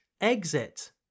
exit